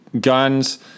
guns